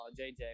JJ